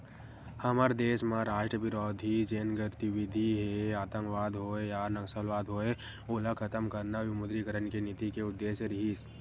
हमर देस म राष्ट्रबिरोधी जेन गतिबिधि हे आंतकवाद होय या नक्सलवाद होय ओला खतम करना विमुद्रीकरन के नीति के उद्देश्य रिहिस